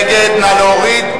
35 בעד, 58 נגד, אין נמנעים.